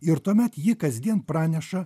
ir tuomet ji kasdien praneša